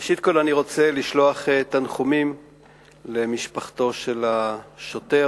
ראשית, אני רוצה לשלוח תנחומים למשפחתו של השוטר